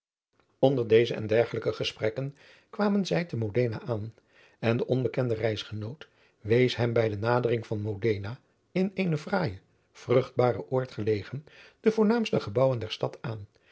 onder deze en dergelijke gesprekken kwamen zij te modena aan en de onbekende reisgenoot wees hem bij de nadering van modena in eenen fraaijen vruchtbaren oord gelegen de voornaamste gebouwen adriaan loosjes pzn het leven van maurits lijnslager der stad aan